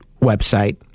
website